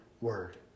word